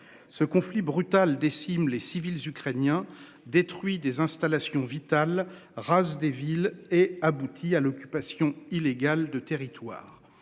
Ce conflit brutal déciment les civils ukrainiens détruit des installations vitales race des villes et aboutit à l'occupation illégale de territoires.